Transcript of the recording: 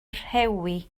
rhewi